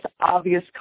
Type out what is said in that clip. obvious